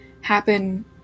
happen